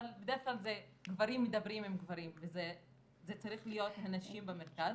אבל בדרך כלל זה גברים מדברים עם גברים וזה צריך להיות נשים במרכז.